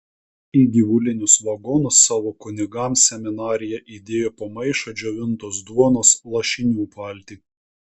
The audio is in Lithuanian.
į gyvulinius vagonus savo kunigams seminarija įdėjo po maišą džiovintos duonos lašinių paltį